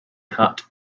cut